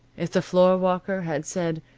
if the floorwalker had said,